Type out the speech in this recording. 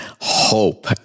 hope